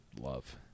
love